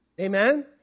Amen